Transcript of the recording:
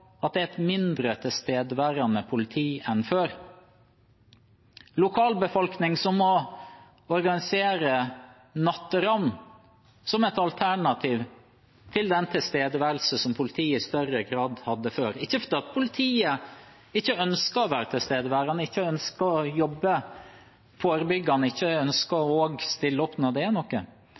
at politiet er mindre tilstedeværende enn før. Lokalbefolkning må organisere natteravn som et alternativ til den tilstedeværelse som politiet i større grad hadde før – ikke fordi politiet ikke ønsker å være tilstede, ikke ønsker å jobbe forebyggende, ikke ønsker å stille opp når det er noe,